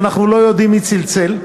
ואנחנו לא יודעים מי צלצל,